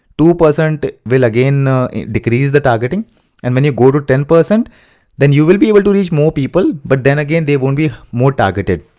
two percent will again decrease the targeting and when you go to ten, then you will be able to reach more people, but then again they won't be more targeted.